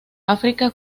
áfrica